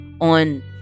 on